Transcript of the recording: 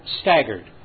staggered